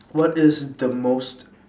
what is the most